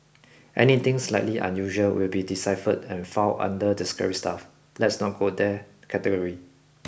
anything slightly unusual will be deciphered and fall under the scary stuff let's not go there category